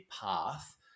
path